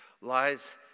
lies